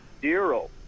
zero